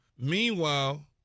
meanwhile